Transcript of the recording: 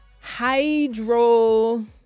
hydro